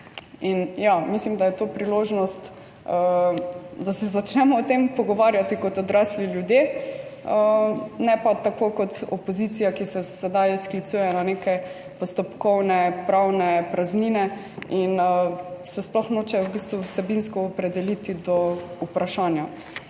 in ja, mislim, da je to priložnost, da se začnemo o tem pogovarjati kot odrasli ljudje, ne pa tako kot opozicija, ki se sedaj sklicujejo na neke postopkovne pravne praznine in se sploh nočejo v bistvu vsebinsko opredeliti do vprašanja.